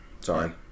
Sorry